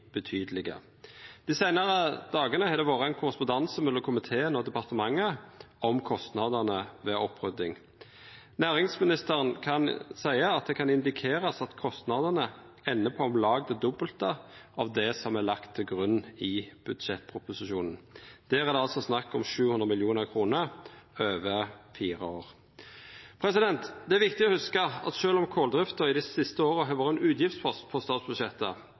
betydelege. Dei seinare dagane har det vore ein korrespondanse mellom komiteen og departementet om kostnadene ved opprydjing. Næringsministeren seier at det kan indikerast at kostnadene endar på om lag det dobbelte av det som er lagt til grunn i budsjettproposisjonen. Der er det snakk om 700 mill. kr over fire år. Det er viktig å hugsa at sjølv om koldrifta i dei siste åra har vore ein utgiftspost på